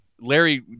Larry